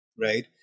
right